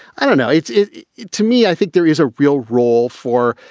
i don't know. it's it to me. i think there is a real role for.